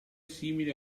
simile